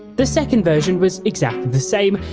the second version was exactly the same,